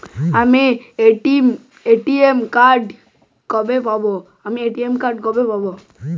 আমার ATM card কবে পাব?